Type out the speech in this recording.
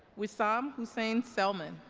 wisam hussein selman